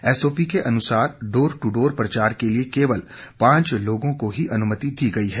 SOP के अनुसार door to door प्रचार के लिये केवल पांच लोगों को ही अनुमति दी गई है